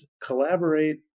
collaborate